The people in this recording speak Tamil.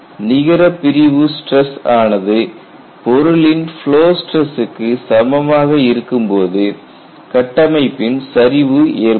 நிகர பிரிவு ஸ்டிரஸ் ஆனது பொருளின் ஃப்லோ ஸ்டிரஸ்க்கு சமமாக இருக்கும்போது கட்டமைப்பின் சரிவு ஏற்படும்